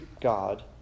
God